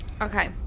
Okay